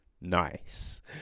Nice